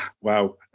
wow